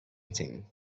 thing